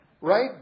right